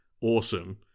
awesome